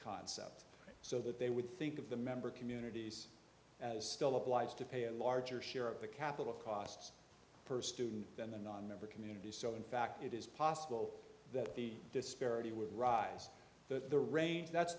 concept so that they would think of the member communities as still applies to pay a larger share of the capital costs per student than the nonmember community so in fact it is possible that the disparity would rise that the range that's